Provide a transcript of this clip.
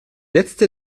letzte